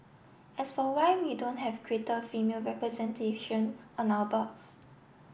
as for why we don't have greater female representation on our boards